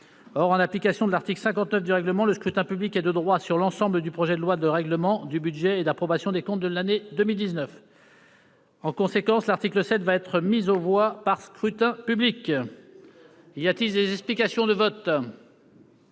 Or, en application de l'article 59 du règlement, le scrutin public est de droit sur l'ensemble du projet de loi de règlement du budget et d'approbation des comptes de l'année 2019. En conséquence, l'article 7 va être mis aux voix par scrutin public. Personne ne demande la